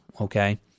okay